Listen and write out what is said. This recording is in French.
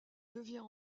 devient